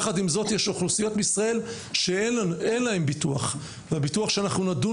יש אוכלוסיות בישראל שאין להן ביטוח והביטוח שאנחנו נדון